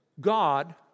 God